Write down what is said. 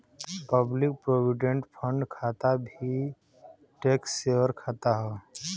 public provident fund खाता भी tax saver खाता हौ